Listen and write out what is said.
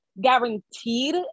guaranteed